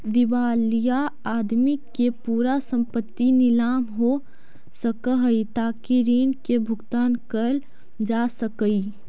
दिवालिया आदमी के पूरा संपत्ति नीलाम हो सकऽ हई ताकि ऋण के भुगतान कैल जा सकई